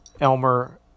Elmer